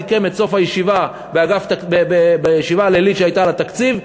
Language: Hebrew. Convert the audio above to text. סיכם בסוף הישיבה הלילית שהייתה על התקציב.